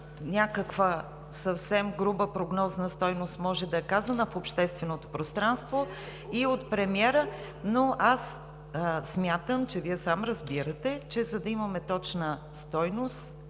някаква съвсем груба прогнозна стойност?! Може да е казано в общественото пространство и от премиера, но аз смятам, че Вие сам разбирате, че за да имаме точна стойност,